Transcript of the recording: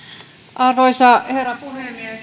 arvoisa herra puhemies kiitän kaikkia kollegoita